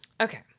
Okay